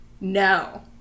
No